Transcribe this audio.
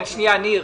ניר